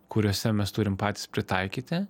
kuriuose mes turim patys pritaikyti